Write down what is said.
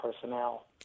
personnel